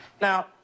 Now